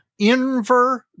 Inver